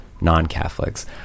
non-Catholics